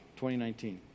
2019